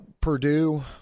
Purdue